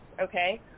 okay